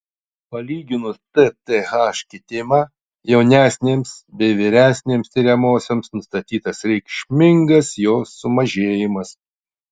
palyginus tth kitimą jaunesnėms bei vyresnėms tiriamosioms nustatytas reikšmingas jo sumažėjimas